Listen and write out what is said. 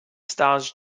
stars